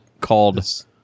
called